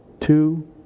Two